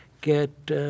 get